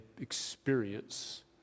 experience